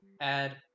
add